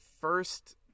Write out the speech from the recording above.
first